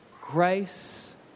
grace